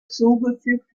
zugefügt